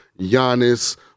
Giannis